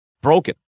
broken